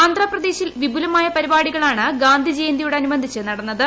ആന്ധ്രാപ്രദേശിൽ വിപുലമായ പരിപാടികളാണ് ഗാന്ധി ജയന്തിയോടനുബന്ധിച്ച് നടന്നത്